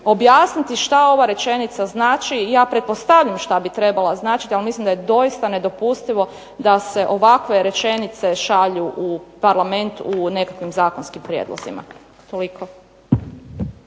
objasniti što ova rečenica znači. Ja pretpostavljam što bi trebala značiti, ali mislim da je doista nedopustivo da se ovakve rečenice šalju u Parlament u nekakvim zakonskim prijedlozima. Toliko.